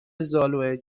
زالوئه